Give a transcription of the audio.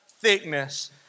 thickness